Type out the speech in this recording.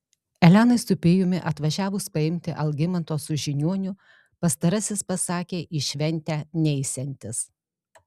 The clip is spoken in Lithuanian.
elenai su pijumi atvažiavus paimti algimanto su žiniuoniu pastarasis pasakė į šventę neisiantis